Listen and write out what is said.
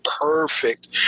perfect